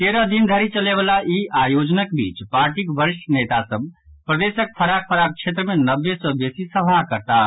तेरह दिन धरि चलय वला ई आयोजनक बीच पार्टीक वरिष्ठ नेता सभ प्रदेशक फराक फराक क्षेत्र मे नब्बे सँ बेसी सभा करताह